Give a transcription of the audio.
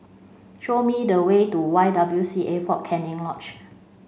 show me the way to Y W C A Fort Canning Lodge